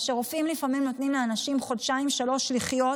מה שרופאים לפעמים נותנים לאנשים חודשיים-שלושה לחיות,